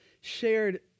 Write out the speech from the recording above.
shared